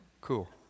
Cool